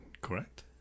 correct